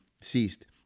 ceased